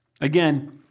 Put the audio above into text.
Again